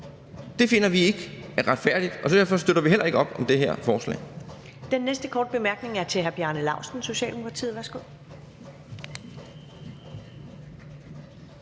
Det finder vi ikke er retfærdigt, og derfor støtter vi heller ikke op om det her forslag.